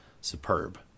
superb